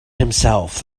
himself